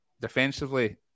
defensively